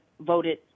voted